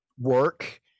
work